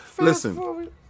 Listen